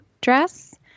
dress